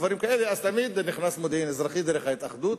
תמיד נכנסה "מודיעין אזרחי" דרך ההתאחדות,